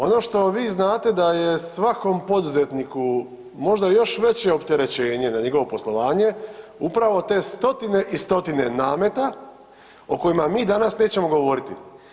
Ono što vi znate da je svakom poduzetniku možda još veće opterećenje na njegovo poslovanje, upravo te stotine i stotine nameta o kojima mi danas nećemo govoriti.